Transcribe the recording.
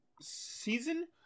season